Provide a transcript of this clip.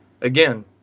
Again